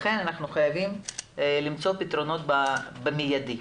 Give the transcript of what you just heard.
לכן אנחנו חייבים למצוא פתרונות במיידי.